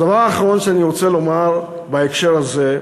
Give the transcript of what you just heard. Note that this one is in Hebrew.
הדבר האחרון שאני רוצה לומר בהקשר הזה,